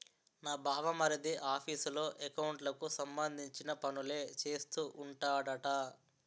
నా బావమరిది ఆఫీసులో ఎకౌంట్లకు సంబంధించిన పనులే చేస్తూ ఉంటాడట